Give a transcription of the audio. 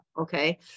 okay